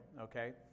okay